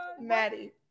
Maddie